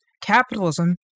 Capitalism